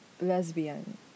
lesbian